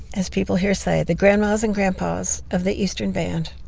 as people here say, the grandmas and grandpas of the eastern band.